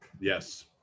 Yes